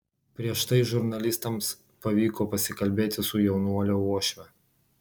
prieš tai žurnalistams pavyko pasikalbėti su jaunuolio uošve